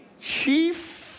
chief